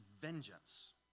vengeance